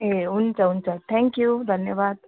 ए हुन्छ हुन्छ thank you धन्यवाद